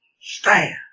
Stand